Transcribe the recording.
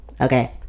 okay